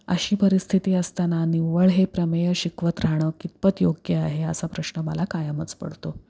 अशी परिस्थिती असताना निव्वळ हे प्रमेय शिकवत राहणं कितपत योग्य आहे असा प्रश्न मला कायमच पडतो